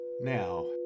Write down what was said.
Now